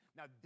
Now